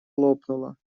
лопнула